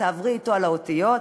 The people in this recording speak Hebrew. תעברי אתו על האותיות.